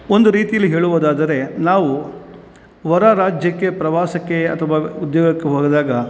ಒಂದು ರೀತೀಲ್ಲಿ ಹೇಳುವುದಾದರೆ ನಾವು ಹೊರ ರಾಜ್ಯಕ್ಕೆ ಪ್ರವಾಸಕ್ಕೆ ಅಥವಾ ಉದ್ಯೋಗಕ್ಕೆ ಹೋದಾಗ